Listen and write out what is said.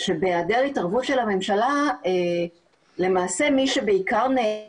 שבהיעדר התערבות של הממשלה למעשה מי שבעיקר נהנה